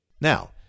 Now